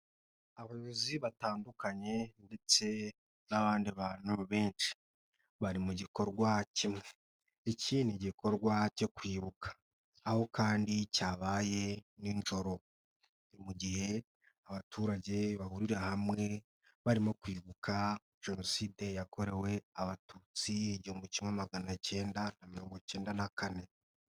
Abayobozi batandukanye ndetse n'abandi bantu benshi bari mu gikorwa kimwe, iki ni gikorwa cyo kwibuka aho kandi cyabaye nijoro, ni mu gihe abaturage bahurira hamwe barimo kwibuka Jenoside yakorewe Abatutsi igihumbi kimwe magana kenda na mirongo ikenda na kane.